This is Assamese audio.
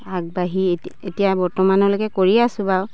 আগবাঢ়ি এতিয়া বৰ্তমানলৈকে কৰি আছোঁ বাৰু